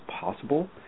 possible